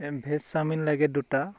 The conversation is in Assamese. ভেজ চাওমিন লাগে দুটা